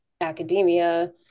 academia